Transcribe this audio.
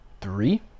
three